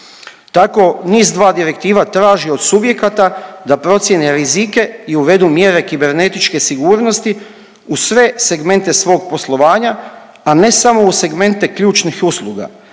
Tako NIS2 direktiva traži od subjekata da procjeni rizike i uvedu mjere kibernetičke sigurnosti uz sve segmente svog poslovanja, a ne samo u segmente ključnih usluga